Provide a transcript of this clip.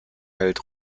hält